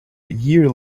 year